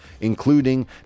including